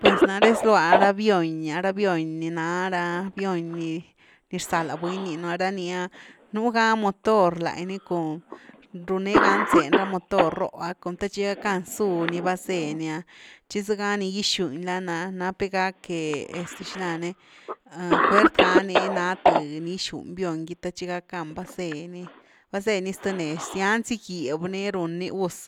Pues nare zlua ra vion’y ah, ra vion’y ni na ra vion’y ní rza la buny rninu’ara ni’a nuuga motor lañ’nycom run negani zany ra motor róh ‘a com the tchi gackan zuuni vazé ni’ah tchi zëga ni gixuny lany ah nap ni que xilani fuert ga ni na th ni gyxun vion’gy the tchi gackamn vaséni, vaséni zth nez, zyan zy gíb ni run ni gus